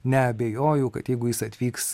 neabejoju kad jeigu jis atvyks